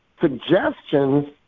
suggestions